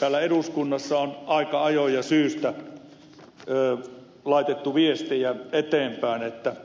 täällä eduskunnassa on aika ajoin ja syystä laitettu viestejä eteenpäin että